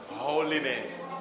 holiness